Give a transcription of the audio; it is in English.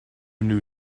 new